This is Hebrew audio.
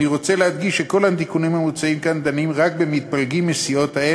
אני רוצה להדגיש שכל התיקונים המוצעים כאן דנים רק במתפלגים מסיעות-האם,